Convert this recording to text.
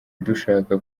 dushaka